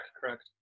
Correct